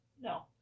No